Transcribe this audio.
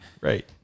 Right